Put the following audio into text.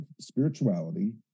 spirituality